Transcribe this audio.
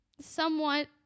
Somewhat